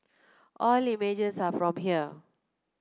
all images are from here